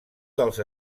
dels